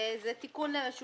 זהו תיקון שהוא